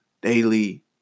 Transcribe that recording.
daily